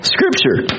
Scripture